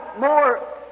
more